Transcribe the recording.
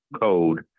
code